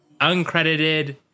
uncredited